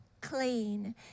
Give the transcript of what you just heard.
clean